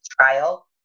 trial